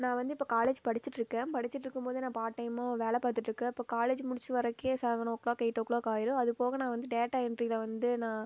நான் வந்து இப்போ காலேஜ் படிச்சுட்ருக்கேன் படிச்சுட்ருக்கும் போதே நான் பார்ட் டைமாகவும் வேலை பார்த்துட்ருக்கேன் இப்போ காலேஜ் முடிச்சு வரதுக்கே seven o'clock eight o'clock ஆகிடும் அது போக நான் வந்து டேட்டா என்ட்ரியில் வந்து நான்